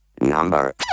Number